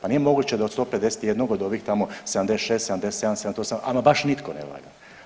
Pa nije moguće da od 151 od ovih tamo 76, 77, 78 ama baš nitko ne valja.